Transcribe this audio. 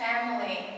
Family